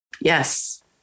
yes